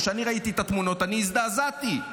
כשראיתי את התמונות, הזדעזעתי.